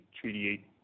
Treaty